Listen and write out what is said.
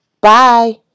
Bye